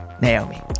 Naomi